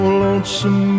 lonesome